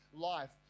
life